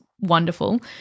wonderful